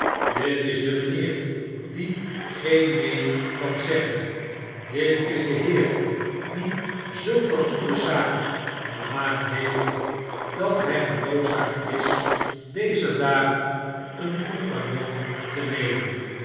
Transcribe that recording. dit is de mijnheer die geen neen kan zeggen dit is de heer die zulke goeda zaken gemaakt heeft dat hij genoodzaakt js dezer dagen een compagnon te nemen